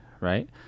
right